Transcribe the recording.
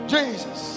Jesus